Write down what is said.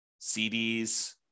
CDs